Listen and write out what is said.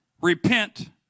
Repent